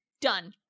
done